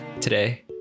today